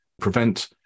prevent